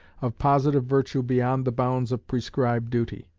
of positive virtue beyond the bounds of prescribed duty.